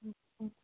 ਠੀਕ ਹੈ